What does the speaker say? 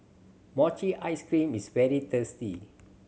mochi ice cream is very tasty